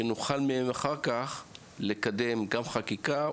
שנוכל מהם אחר כך לקדם גם חקיקה,